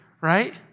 right